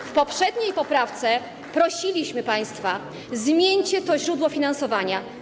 Przy poprzedniej poprawce prosiliśmy państwa - zmieńcie to źródło finansowania.